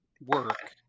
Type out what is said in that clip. work